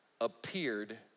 appeared